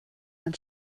man